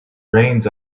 reins